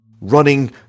running